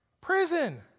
Prison